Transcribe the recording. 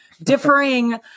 differing